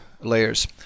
layers